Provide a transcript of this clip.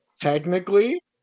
Technically